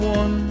one